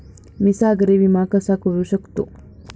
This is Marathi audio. मी सागरी विमा कसा करू शकतो?